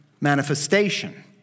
manifestation